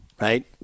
right